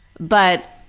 but,